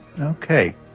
Okay